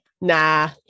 Nah